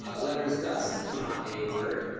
ah lettersgust is not a word.